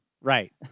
Right